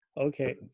Okay